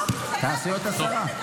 לא --- תעשה אותה שרה.